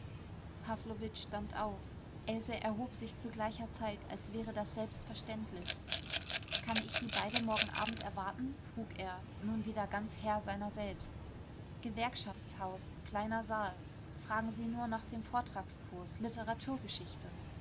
pawlowitsch stand auf else erhob sich zu gleicher zeit als wäre das selbstverständlich kann ich sie beide morgen abend erwarten frug er nun wieder ganz herr seiner selbst gewerkschaftshaus kleiner saal fragen sie nur nach dem vortragskurs